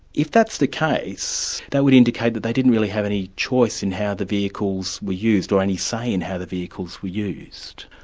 if that's the case, that would indicate that they didn't really have any choice in how the vehicles were used, or any say in how the vehicles were used.